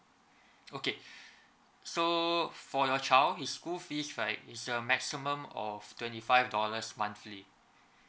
okay so for your child his school fees right is uh maximum of twenty five dollars monthly